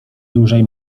dłużej